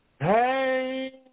Hey